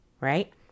Right